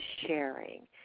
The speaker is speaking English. sharing